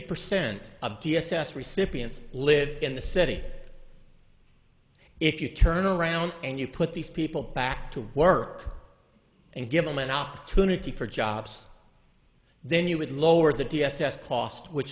percent of d s s recipients live in the city if you turn around and you put these people back to work and give them an opportunity for jobs then you would lower the dss cost which